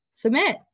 submit